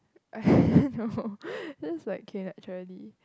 no this is like okay naturally